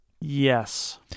Yes